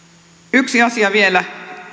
yksi asia vielä